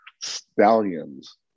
stallions